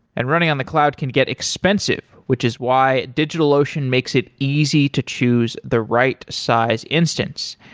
and running on the cloud can get expensive, which is why digitalocean makes it easy to choose the right size instance.